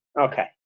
Okay